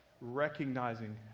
recognizing